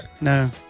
no